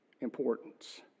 importance